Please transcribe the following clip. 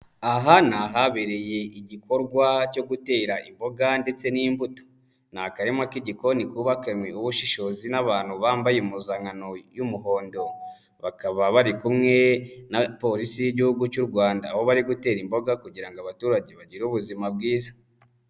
Aha aha ni ahabereye igikorwa cyo gutera imboga ndetse n'imbuto, ni akarima k'igikoni kubabakanwe ubushishozi n'abantu bambaye impuzankano y'umuhondo, bakaba bari kumwe na porisi y'igihugu cy'u Rwanda aho bari gutera imboga kugira ngo abaturage bagire ubuzima bwiza.